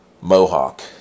mohawk